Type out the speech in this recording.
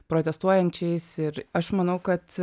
protestuojančiais ir aš manau kad